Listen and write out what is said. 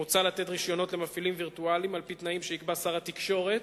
מוצע לתת רשיונות למפעילים וירטואליים על-פי תנאים שיקבע שר התקשורת